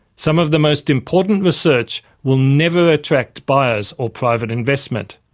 some of the most important research will never attract buyers or private investment.